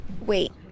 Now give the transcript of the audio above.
Wait